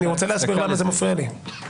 אני רוצה להסביר למה זה מפריע לי.